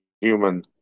human